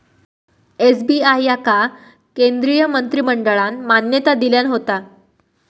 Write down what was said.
SBI याका केंद्रीय मंत्रिमंडळान मान्यता दिल्यान होता